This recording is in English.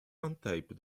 untaped